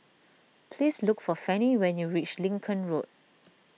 please look for Fanny when you reach Lincoln Road